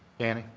danny.